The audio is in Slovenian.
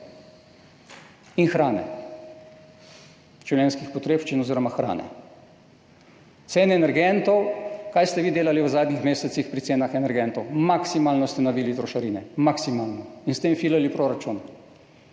in hrane, življenjskih potrebščin oziroma hrane. Cene energentov. Kaj ste vi delali v zadnjih mesecih pri cenah energentov? Maksimalno ste navili trošarine in s tem polnili proračun,